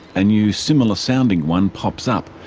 a new similar sounding one pops up.